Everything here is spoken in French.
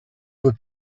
voie